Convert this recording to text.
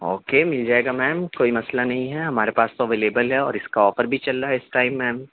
okay مِل جائے گا میم کوئی مسئلہ نہیں ہے ہمارے پاس تو اویلیبل ہے اور اِس کا آفر بھی چل رہا ہے اِس ٹائم میم